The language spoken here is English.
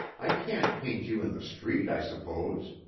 i can't paint you in the street, i suppose.